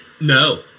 no